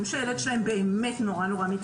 כולל זה שעשינו יומיים מרוכזים בהם הפגשנו את כולם יחד.